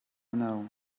know